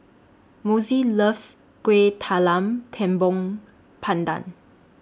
Mossie loves Kueh Talam Tepong Pandan